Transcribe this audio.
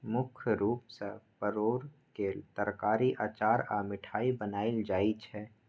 मुख्य रूप सं परोर के तरकारी, अचार आ मिठाइ बनायल जाइ छै